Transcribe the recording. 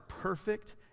perfect